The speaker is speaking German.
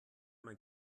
mein